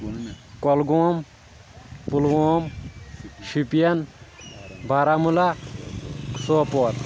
Kulgam Pulwama Shopian Baramulla Sopore